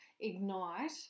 ignite